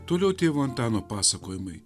toliau tėvo antano pasakojimai